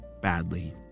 badly